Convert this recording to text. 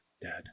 dad